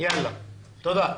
תודה.